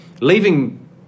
leaving